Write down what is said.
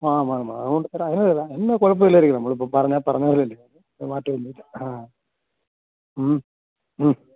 ആ വേണം വേണം അത് കൊണ്ടുവന്ന് തരാം അതൊന്നും കുഴപ്പം ഇല്ലായിരിക്കും നമ്മൾ ഇപ്പോൾ പറഞ്ഞാൽ പറഞ്ഞത് പോലെയല്ലേ അത് മാറ്റമൊന്നുമില്ല ആ ഉം ഉം